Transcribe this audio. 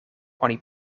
oni